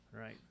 right